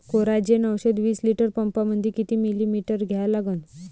Coragen औषध विस litre पंपामंदी किती मिलीमिटर घ्या लागन?